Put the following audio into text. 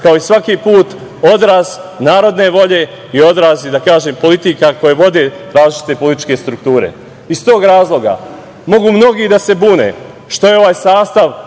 kao i svaki put, odraz narodne volje i odraz, da kažem, politika koje vode različite političke strukture. Iz tog razloga, mogu mnogi da se bune što je ovaj sastav